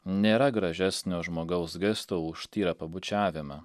nėra gražesnio žmogaus gesto už tyrą pabučiavimą